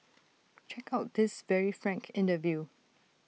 check out this very frank interview